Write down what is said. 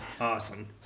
Awesome